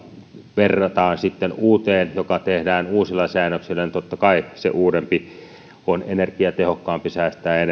verrataan uuteen joka tehdään uusilla säännöksillä niin totta kai se uudempi on energiatehokkaampi säästää energiaa ja